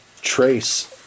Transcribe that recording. trace